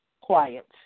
quiet